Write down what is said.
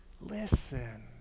Listen